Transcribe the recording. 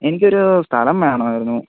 എനിക്കൊരു സ്ഥലം വേണമായിരുന്നു